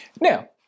Now